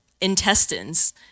intestines